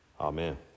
Amen